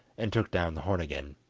and took down the horn again.